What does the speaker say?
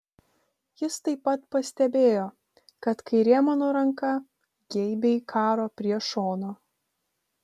jis taip pat pastebėjo kad kairė mano ranka geibiai karo prie šono